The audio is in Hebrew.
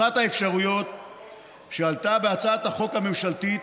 אחת האפשרויות שעלו בהצעת החוק הממשלתית